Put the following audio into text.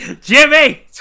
Jimmy